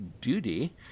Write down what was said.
Duty